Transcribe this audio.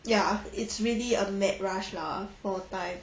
ya it's really a mad rush lah for time